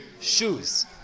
shoes